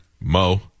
Mo